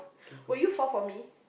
will you fall for me